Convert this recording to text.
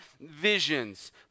visions